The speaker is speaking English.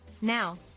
Now